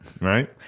right